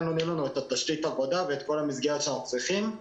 הם נותנים לנו את תשתית העבודה ואת כל המסגרת שאנחנו צריכים.